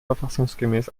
verfassungsgemäß